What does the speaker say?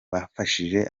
bafashije